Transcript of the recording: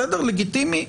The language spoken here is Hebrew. בסדר, לגיטימי,